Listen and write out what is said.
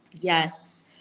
Yes